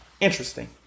Interesting